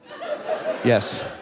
yes